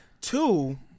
Two